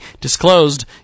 disclosed